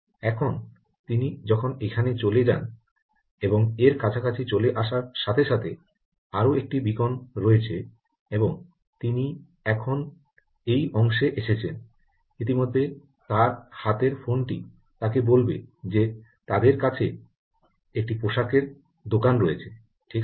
এখন তিনি যখন এখানে চলে যান এবং এর কাছাকাছি চলে আসার সাথে সাথে আরও একটি বীকন রয়েছে এবং তিনি এখন এই অংশে এসেছেন ইতিমধ্যে তাঁর হাতের ফোনটি তাকে বলবে যে তাদের কাছে একটি পোশাকের দোকান রয়েছে ঠিক আছে